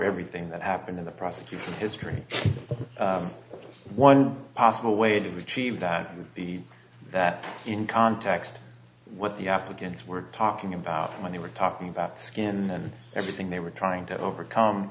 everything that happened in the prosecution history one possible way to achieve that would be that in context what the africans were talking about when they were talking about skin everything they were trying to overcome